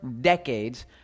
decades